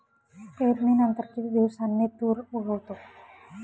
पेरणीनंतर किती दिवसांनी तूर उगवतो?